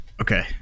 Okay